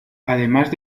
además